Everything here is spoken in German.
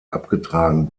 abgetragen